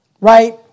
right